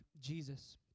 Jesus